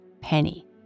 Penny